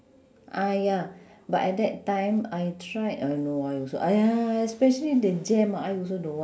ah ya but at that time I tried uh no I also !aiya! especially the jam ah I also don't wa~